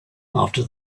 after